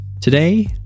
Today